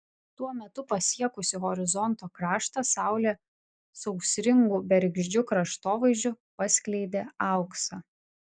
tuo metu pasiekusi horizonto kraštą saulė sausringu bergždžiu kraštovaizdžiu paskleidė auksą